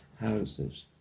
houses